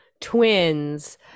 twins